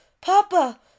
Papa